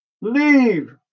Leave